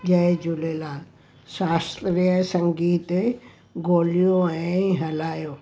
जय झूलेलाल शाश्त्रीय संगीत ॻोल्हियो ऐं हलायो